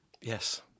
Yes